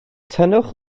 tynnwch